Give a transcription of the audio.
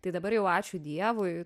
tai dabar jau ačiū dievui